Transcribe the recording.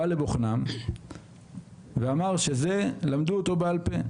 כשבא לבוחנם, אמר שאת זה כנראה למדו בעל פה.